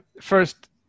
First